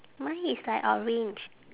mine is like orange